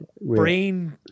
brain